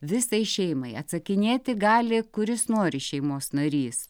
visai šeimai atsakinėti gali kuris nori šeimos narys